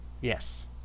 Yes